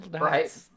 right